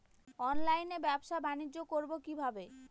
অনলাইনে ব্যবসা বানিজ্য করব কিভাবে?